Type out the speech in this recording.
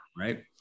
right